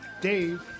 Dave